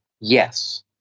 yes